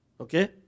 Okay